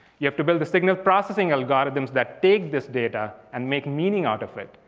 you have to build the signal processing algorithms that take this data and make meaning out of it.